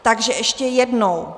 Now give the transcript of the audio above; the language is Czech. Takže ještě jednou.